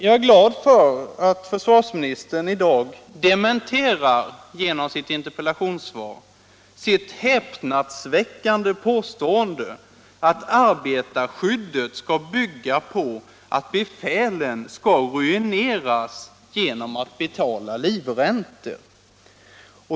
Jag är glad för att försvarsministern i dag, genom sitt interpellationssvar, dementerar sitt häpnadsväckande påstående att arbetarskyddet skall bygga på att befälen skall ruineras genom att betala livräntor.